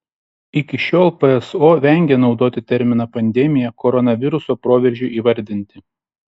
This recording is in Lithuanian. iki šiol pso vengė naudoti terminą pandemija koronaviruso proveržiui įvardinti